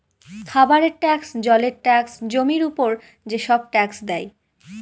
খাবারের ট্যাক্স, জলের ট্যাক্স, জমির উপর যেসব ট্যাক্স দেয়